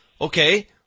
okay